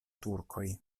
turkoj